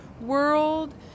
world